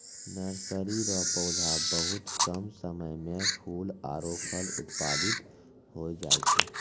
nursery रो पौधा बहुत कम समय मे फूल आरु फल उत्पादित होय जाय छै